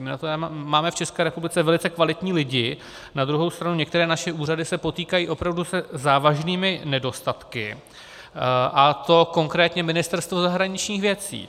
My na to máme v České republice velice kvalitní lidi, na druhou stranu některé naše úřady se potýkají opravdu se závažnými nedostatky, a to konkrétně Ministerstvo zahraničních věcí.